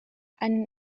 einen